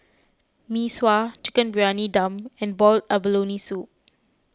Mee Sua Chicken Briyani Dum and Boiled Abalone Soup